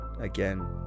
Again